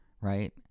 right